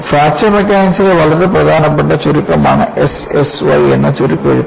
fracture മെക്കാനിക്സിലെ വളരെ പ്രധാനപ്പെട്ട ചുരുക്കമാണ് SSY എന്ന ചുരുക്കെഴുത്ത്